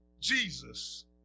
Jesus